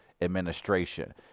Administration